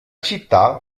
città